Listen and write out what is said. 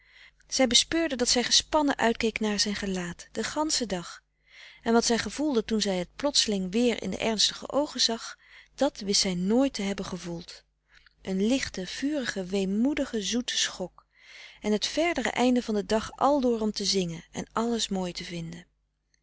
zij bespeurde dat zij gespannen uitkeek naar zijn gelaat den ganschen dag en wat zij gevoelde toen zij het plotseling weer in de ernstige oogen zag dat wist zij nooit te hebben gevoeld een lichte vurige weemoedig zoete schok en het verdere einde van den dag aldoor om te zingen en alles mooi te vinden